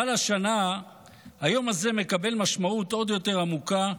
אבל השנה היום הזה מקבל משמעות עוד יותר עמוקה,